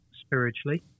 spiritually